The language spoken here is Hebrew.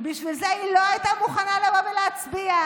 בשביל זה היא לא הייתה מוכנה לבוא ולהצביע.